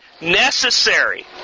necessary